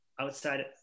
outside